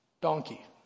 donkey